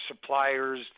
suppliers